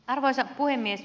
arvoisa puhemies